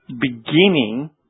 beginning